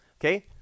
Okay